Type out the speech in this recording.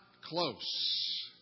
close